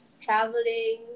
traveling